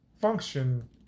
function